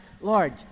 Lord